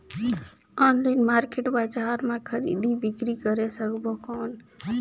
Online market बजार मां खरीदी बीकरी करे सकबो कौन?